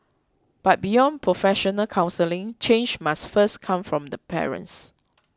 but beyond professional counselling change must first come from the parents